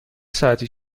ساعتی